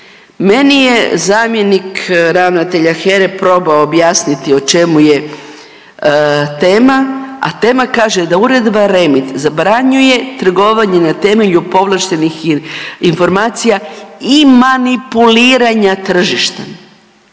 Meni je zamjenik ravnatelja HERA-e probao objasniti o čemu je tema, a tema kaže da Uredba REMIT zabranjuje trgovanje na temelju povlaštenih informacija i manipuliranja tržištem.